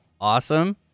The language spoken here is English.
Awesome